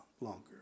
longer